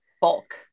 bulk